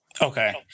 Okay